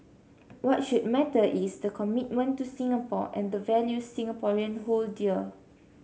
what should matter is the commitment to Singapore and the values Singaporean hold dear